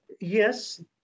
Yes